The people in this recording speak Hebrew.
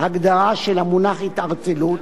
הגדרה של המונח "התערטלות",